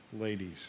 ladies